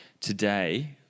Today